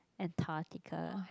Antarctica